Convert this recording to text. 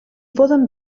poden